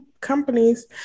companies